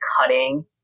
cutting